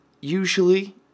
usually